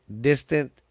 Distant